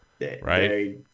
Right